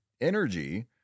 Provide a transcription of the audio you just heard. energy